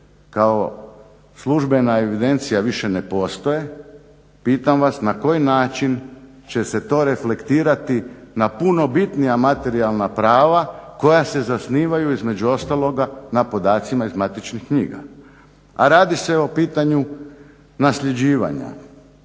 kao službena evidencija više ne postoje pitam vas na koji način će se to reflektirati na puno bitnija materijalna prava koja se zasnivaju između ostaloga na podacima iz matičnih knjiga. A radi se o pitanju nasljeđivanja,